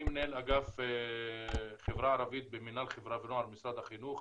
אני מנהל אגף החברה הערבית במינהל חברה ונוער במשרד החינוך.